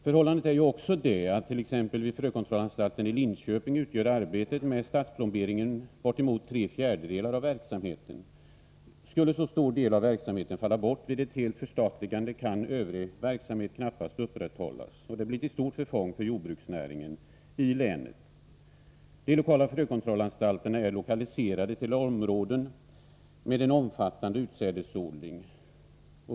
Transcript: Förhållandet är ju också det att vid t.ex. frökontrollanstalten i Linköping utgör arbetet med statsplomberingen bortemot tre fjärdedelar av verksamheten. Skulle en så stor del av verksamheten falla bort vid ett helt förstatligande, kan övrig verksamhet knappast upprätthållas, och det blir till stort förfång för jordbruksnäringen i länet. De lokala frökontrollanstalterna är lokaliserade till områden med en omfattande utsädesodling.